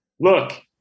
Look